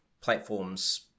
platforms